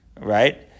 Right